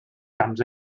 camps